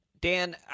Dan